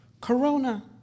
Corona